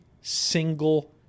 single